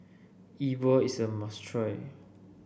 E Bua is a must try